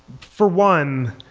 for one,